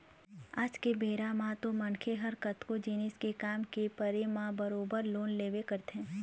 आज के बेरा म तो मनखे ह कतको जिनिस के काम के परे म बरोबर लोन लेबे करथे